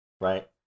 Right